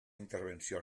intervenció